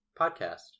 podcast